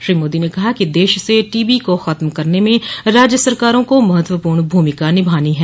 श्री मोदी ने कहा कि देश से टीबी को खत्म करने में राज्य सरकारों को महत्वपूर्ण भूमिका निभानी है